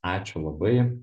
ačiū labai